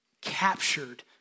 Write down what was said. captured